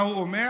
מה הוא אומר?